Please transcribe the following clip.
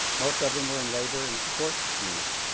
most of them were in labor and support units.